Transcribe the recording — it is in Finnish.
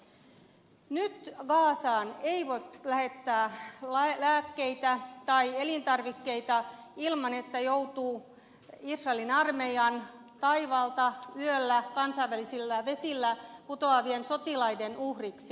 nyt gazaan ei voi lähettää lääkkeitä tai elintarvikkeita ilman että joutuu israelin armeijan yöllä kansainvälisillä vesillä taivaalta putoavien sotilaiden uhriksi